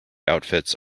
outfits